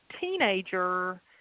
teenager